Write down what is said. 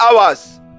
hours